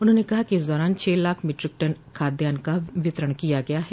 उन्होंने कहा कि इस दौरान छह लाख मीट्रिक टन खाद्यान का वितरण किया गया है